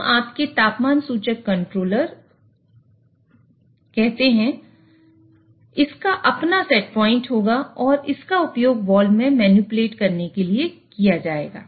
हम एक control loop होगा और इसका उपयोग वाल्व में मैनिपुलेट करने के लिए किया जाएगा